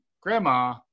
grandma